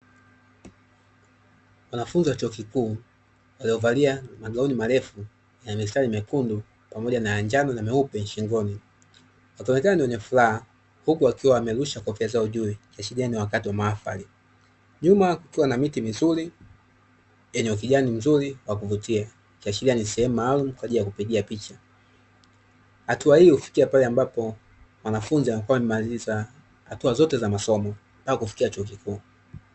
Wanafunzi wa chuo kikuu, waliovalia magauni marefu ya mistari mekundu pamoja na ya njano na meupe shingoni, wakionekana ni wenye furaha, huku wakiwa wamerusha kofia zao juu ikiashiria ni wakati wa mahafali. Nyuma kukiwa na miti mizuri yenye ukijani mzuri wa kuvutia, ikiashiria ni sehemu maalumu kwa ajili ya kupigia picha. Hatua hii hufikia pale ambapo mwanafunzi anakuwa amemaliza hatua zote za masomo au kufikia chuo kikuu.